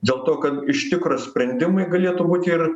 dėl to kad iš tikro sprendimai galėtų būti ir